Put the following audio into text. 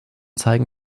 zeigen